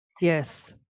Yes